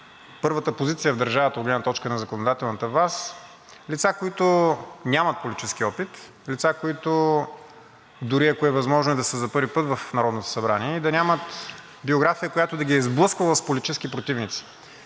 първата позиция в държавата от гледна точка на законодателната власт лица, които нямат политически опит, лица, които дори ако е възможно и да са за първи път в Народното събрание и да нямат биография, която да ги е сблъсквала с политически противници.